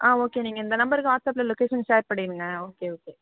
ஆ okay நீங்கள் இந்த நம்பர்க்கு வாட்ஸாப்பில் லொக்கேஷன் ஷேர் பண்ணிவிடுங்க ஓகே ஓகே